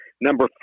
Number